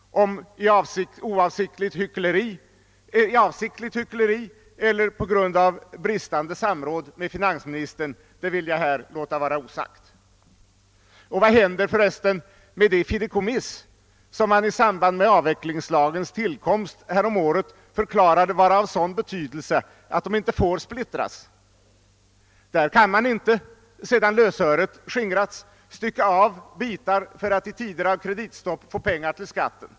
Om det skett i avsiktligt hyckleri eller på grund av bristande samråd med finansministern vill jag låta vara osagt. Och vad händer med de fideikommiss, som man i samband med avvecklingslagens tillkomst förklarat vara av sådan betydelse att de inte får splittras? I dessa kan man inte sedan lösöret skingrats stycka av bitar för att i tider av kreditstopp få pengar till skatten.